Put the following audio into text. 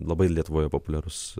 labai lietuvoje populiarus